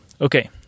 Okay